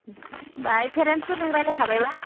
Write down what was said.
पेरेन्ट्सफोरजों रायज्लायखाबायबा